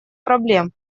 проблем